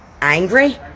angry